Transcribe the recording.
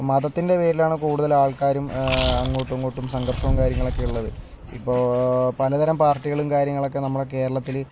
മതത്തിൻ്റെ പേരിലാണ് കൂടുതൽ ആൾക്കാരും അങ്ങോട്ടും ഇങ്ങോട്ടും സംഘർഷവും കാര്യങ്ങളും ഒക്കെ ഉള്ളത് ഇപ്പോൾ പലതരം പാർട്ടികളും കാര്യങ്ങളൊക്കെ നമ്മുടെ കേരളത്തിൽ